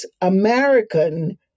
American